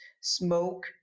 smoke